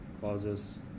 causes